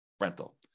rental